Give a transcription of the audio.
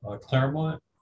Claremont